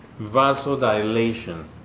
vasodilation